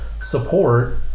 support